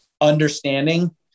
understanding